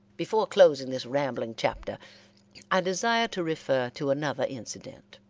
before closing this rambling chapter i desire to refer to another incident.